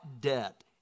debt